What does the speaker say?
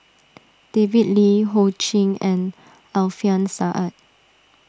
David Lee Ho Ching and Alfian Sa'At